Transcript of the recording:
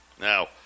now